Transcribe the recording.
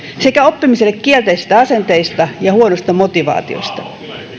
sekä oppimiselle kielteisistä asenteista ja huonosta motivaatiosta